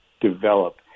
develop